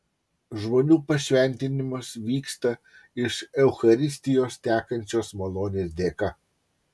žmonių pašventinimas vyksta iš eucharistijos tekančios malonės dėka